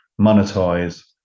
monetize